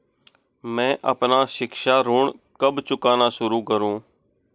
मैं अपना शिक्षा ऋण कब चुकाना शुरू करूँ?